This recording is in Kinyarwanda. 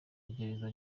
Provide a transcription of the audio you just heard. amagereza